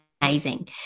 amazing